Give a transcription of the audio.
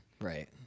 Right